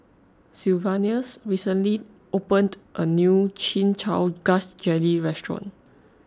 Sylvanus recently opened a new Chin Chow Grass Jelly restaurant